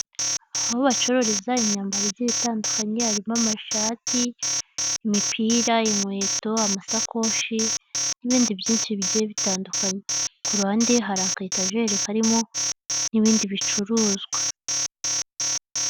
Aho bacururiza imyambaro igiye itandukanye, harimo amashati, imipira, inkweto amasakoshi n'ibindi byinshi bigiye bitandukanye, ku ruhande hari akayitajeri harimo n'ibindi bicuruzwa.